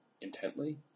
intently